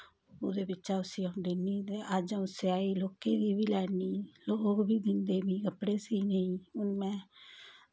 ओह्दे बिचा उसी अ'ऊं दिन्नी ते अज्ज अ'ऊं सेआई लोकें गी बी लैन्नी लोग बी दिंदे मिगी कपड़े सीह्ने ई हून में